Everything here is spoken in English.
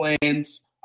plans